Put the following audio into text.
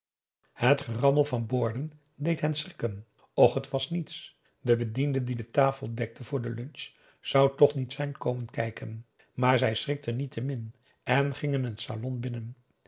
t gerammel van borden deed hen schrikken och het was niets de bediende die de tafel dekte voor de lunch zou toch niet zijn komen kijken maar zij schrikten niettemin en gingen het salon binnen